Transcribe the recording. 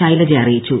ശൈലജ അറിയിച്ചു